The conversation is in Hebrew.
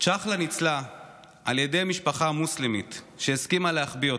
צ'חלה ניצלה על ידי משפחה מוסלמית שהסכימה להחביא אותם.